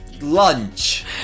lunch